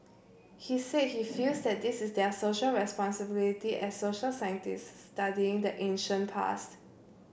he said he feels that this is their Social Responsibility as social scientists studying the ancient past